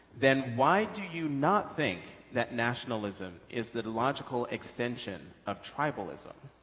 then why do you not think that nationalism is the logical extension of tribalism?